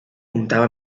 comptava